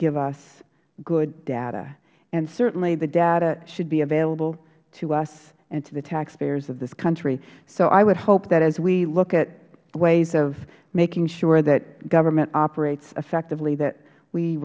give us good data and certainly the data should be available to us and to the taxpayers of this country so i would hope that as we look at ways of making sure that government operates effectively that we